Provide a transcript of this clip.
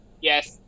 Yes